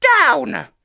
down